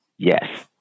Yes